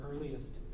earliest